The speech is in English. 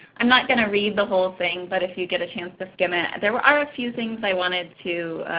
i'm not going to read the whole thing, but if you get a chance to skim it, there are a few things i wanted to